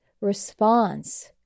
response